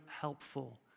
helpful